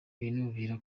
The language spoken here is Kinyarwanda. binubira